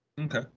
Okay